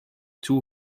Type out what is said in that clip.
toe